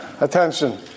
attention